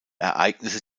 ereignisse